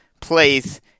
place